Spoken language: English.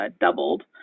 doubled